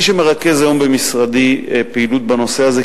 מי שמרכז היום במשרדי פעילות בנושא הזה,